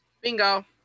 Bingo